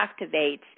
activates